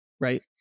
right